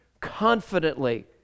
confidently